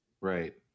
Right